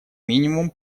минимум